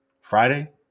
Friday